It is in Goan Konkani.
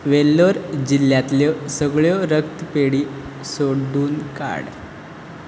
वेल्लोर जिल्ल्यांतल्यो सगळ्यो रक्तपेढी सोडून काड